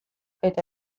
eta